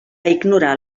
ignorar